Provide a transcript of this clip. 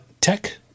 Tech